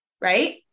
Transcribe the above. right